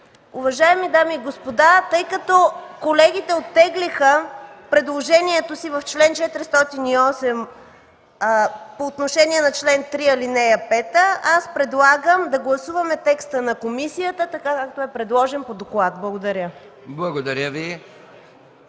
Уважаеми дами и господа, тъй като колегите оттеглиха предложението си в чл. 408 – по отношение на чл. 3, ал. 5, предлагам да гласуваме текста на комисията, както е предложен по доклад. Благодаря Ви.